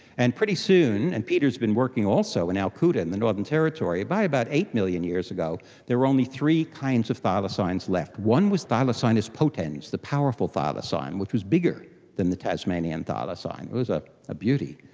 and pretty soon, and peter has been working also in alcoota in the northern territory, by about eight million years ago there were only three kinds of thylacines left. one was thylacinus potens, the powerful thylacine which was bigger than the tasmanian thylacine, it was ah a beauty.